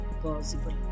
possible